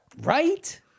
Right